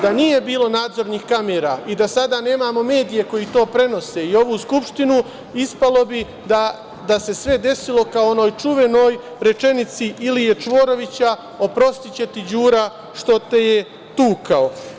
Da nije bilo nadzornih kamera i da sada nemamo medije koji to prenose i ovu Skupštinu, ispalo bi da se sve desilo kao u onoj čuvenoj rečenici Ilije Čvorovića – oprostiće ti Đura što te je tukao.